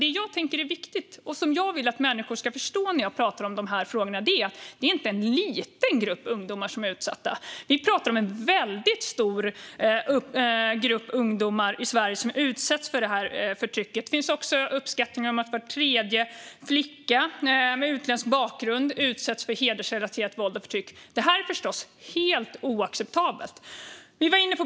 Det jag tänker är viktigt och som jag vill att människor ska förstå när jag pratar om de här frågorna är att det inte endast är en liten grupp ungdomar som är utsatta. Vi pratar om en väldigt stor grupp ungdomar i Sverige som utsätts för det här förtrycket. Det finns uppskattningar om att var tredje flicka med utländsk bakgrund utsätts för hedersrelaterat våld och förtryck, vilket förstås är helt oacceptabelt.